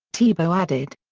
tebow added.